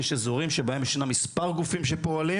יש אזורים שבהם ישנם מספר גופים שפועלים